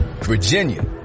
Virginia